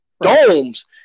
domes